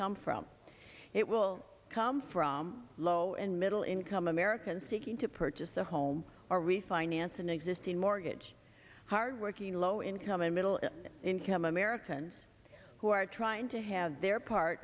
come from it will come from low and middle income americans seeking to purchase a home or refinance an existing mortgage hardworking low income and middle income americans who are trying to have their part